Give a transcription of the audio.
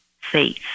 faith